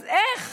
אז איך,